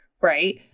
right